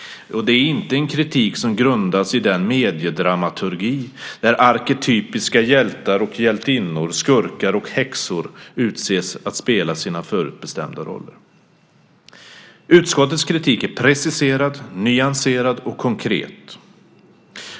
Det är inte en kritik som grundas i den mediedramaturgi där arketypiska hjältar och hjältinnor, skurkar och häxor utses att spela sina förutbestämda roller. Utskottets kritik är preciserad, nyanserad och konkret.